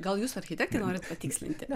gal jūs architektai norit patikslinti